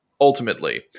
ultimately